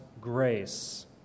grace